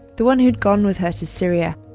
the one who'd gone with her to syria.